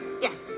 Yes